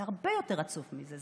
זה הרבה יותר עצוב מזה,